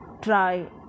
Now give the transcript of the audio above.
try